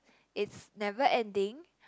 it's never ending